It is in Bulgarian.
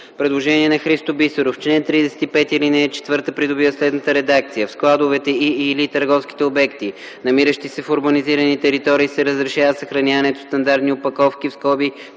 представител Христо Бисеров – в чл. 35 ал. 4 придобива следната редакция: „В складовете и/или търговските обекти, намиращи се в урбанизирани територии, се разрешава съхраняването в стандартни опаковки (кашон